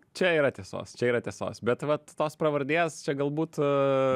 čia yra tiesos čia yra tiesos bet vat tos pravardės čia galbūt